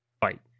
fight